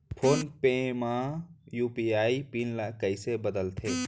Phone पे म UPI PIN ल कइसे बदलथे?